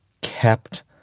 kept